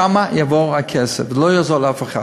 לשם יעבור הכסף, ולא יעזור לאף אחד.